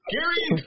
Gary